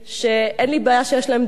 שאין לי בעיה שיש להם דעות פוליטיות.